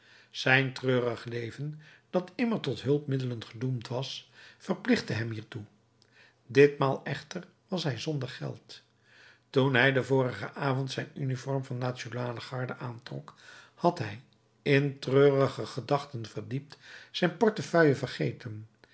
zijn treurig leven dat immer tot hulpmiddelen gedoemd was verplichtte hem hiertoe ditmaal echter was hij zonder geld toen hij den vorigen avond zijn uniform van nationale garde aantrok had hij in treurige gedachten verdiept zijn portefeuille vergeten